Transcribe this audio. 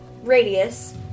radius